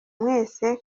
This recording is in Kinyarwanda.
mwese